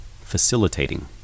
facilitating